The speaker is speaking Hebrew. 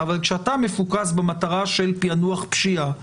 אבל כשאתה מפוקס במטרה של פענוח פשיעה,